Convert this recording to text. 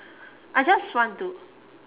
I just want to